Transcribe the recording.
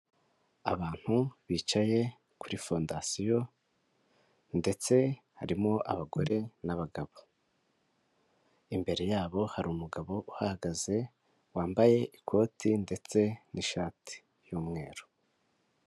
Abantu bicaye kuri fondasiyo, ndetse harimo abagore n'abagabo. Imbere yabo hari umugabo uhahagaze, wambaye ikoti ndetse n'ishati y'umweru.